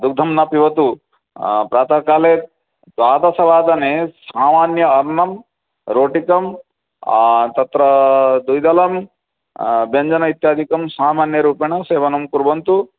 दुग्धं न पिबतु प्रातःकाले द्वादशवादने सामान्य अन्नं रोटिकां तत्र द्विदलं व्यञ्जनम् इत्यादिकं सामान्यरूपेण सेवनं कुर्वन्तु